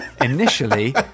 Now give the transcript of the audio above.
initially